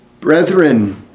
Brethren